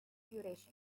duration